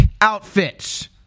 outfits